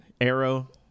arrow